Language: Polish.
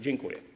Dziękuję.